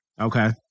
Okay